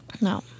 No